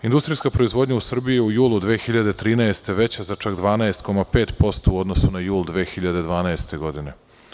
Industrijska proizvodnja u Srbiji u julu 2013. godine je veća za čak 12,5% u odnosu na jul 2012. godine.